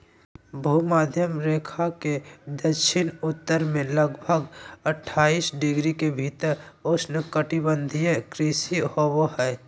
भूमध्य रेखा के दक्षिण उत्तर में लगभग अट्ठाईस डिग्री के भीतर उष्णकटिबंधीय कृषि होबो हइ